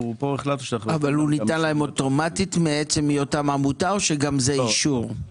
זה ניתן להם אוטומטית מעצם היותם עמותה או שזה דורש אישור?